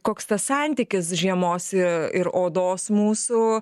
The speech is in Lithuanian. koks tas santykis žiemos ir odos mūsų